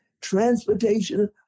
transportation